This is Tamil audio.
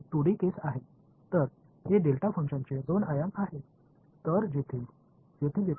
எனவே எங்கிருந்தாலும் r r இது இங்கே இருந்தால் இந்த டெல்டா செயல்பாடு குறியீட்டின் உள்ளே செயல்பாட்டின் மதிப்பைப் பிரித்தெடுக்கும்